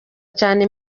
cyane